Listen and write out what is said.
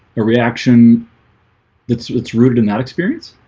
a reaction it's it's rooted in that experience